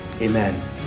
Amen